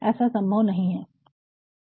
ऐसा संभव नहीं हैं